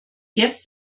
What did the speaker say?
jetzt